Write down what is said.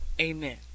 Amen